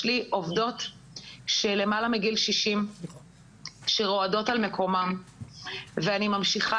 יש לי עובדות שהן למעלה מגיל 60 שרועדות על מקומן ואני ממשיכה